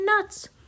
nuts